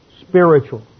spiritual